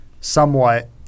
somewhat